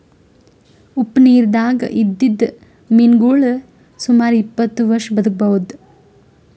ಉಪ್ಪ್ ನಿರ್ದಾಗ್ ಇದ್ದಿದ್ದ್ ಮೀನಾಗೋಳ್ ಸುಮಾರ್ ಇಪ್ಪತ್ತ್ ವರ್ಷಾ ಬದ್ಕಬಹುದ್